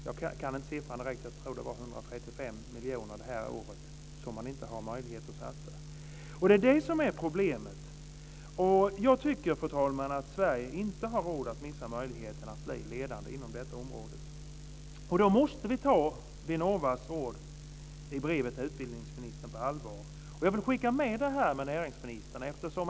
Jag kan inte siffran exakt men jag tror att det var 135 miljoner det här året som man inte har möjlighet att satsa på forskning. Det är det som är problemet. Jag tycker, fru talman, att Sverige inte har råd att missa möjligheten att bli ledande inom detta område. Då måste vi ta Vinnovas ord i brevet till utbildningsministern på allvar. Jag vill skicka med det här med näringsministern.